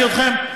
התשתי אתכם?